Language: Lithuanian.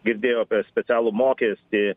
girdėjot specialų mokestį